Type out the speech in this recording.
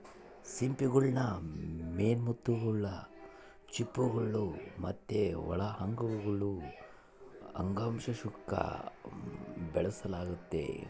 ಸಿಂಪಿಗುಳ್ನ ಮೇನ್ ಮುತ್ತುಗುಳು, ಚಿಪ್ಪುಗುಳು ಮತ್ತೆ ಒಳ ಅಂಗಗುಳು ಅಂಗಾಂಶುಕ್ಕ ಬೆಳೆಸಲಾಗ್ತತೆ